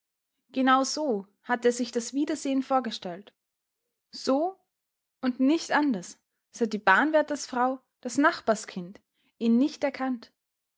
so hatte er sich das wiedersehen vorgestellt so und nicht anders seit die bahnwärtersfrau das nachbarskind ihn nicht erkannt